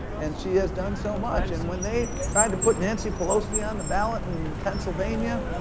and she has done so much, and when they tried to put nancy pelosi on the ballot in pennsylvania,